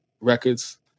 Records